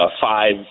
five